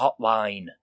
hotline